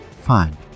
fine